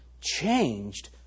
changed